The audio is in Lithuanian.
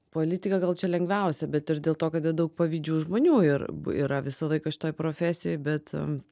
politika gal čia lengviausia bet ir dėl to kad daug pavydžių žmonių ir yra visą laiką šitoj profesijoj bet